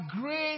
grace